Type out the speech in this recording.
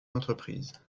entreprises